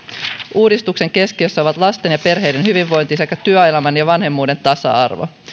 uudistuksen keskiössä ovat lasten ja perheiden hyvinvointi sekä työelämän ja vanhemmuuden tasa arvo